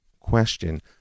question